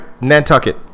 Nantucket